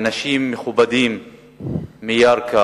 אנשים מכובדים מירכא